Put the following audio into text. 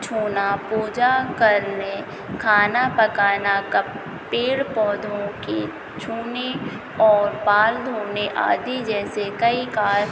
छूना पूजा करना खाना पकाना पेड़ पौधों को छूने और बाल धोने आदि जैसे कई कार्य